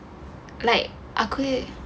like aku